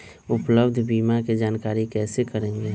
उपलब्ध बीमा के जानकारी कैसे करेगे?